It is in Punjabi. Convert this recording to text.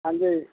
ਹਾਂਜੀ